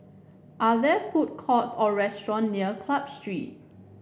are there food courts or restaurant near Club Street